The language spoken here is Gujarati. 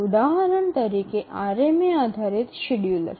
ઉદાહરણ તરીકે આરએમએ આધારિત શેડ્યુલર